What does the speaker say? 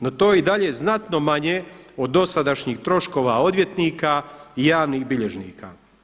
No, to je i dalje znatno manje od dosadašnjih troškova odvjetnika i javnih bilježnika.